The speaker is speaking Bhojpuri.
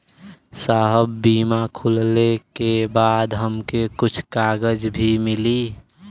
साहब बीमा खुलले के बाद हमके कुछ कागज भी मिली?